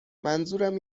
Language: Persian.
منظورم